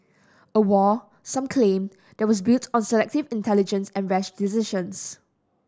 a war some claim that was built on selective intelligence and rash decisions